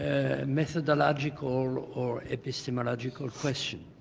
a methodological or epistemological question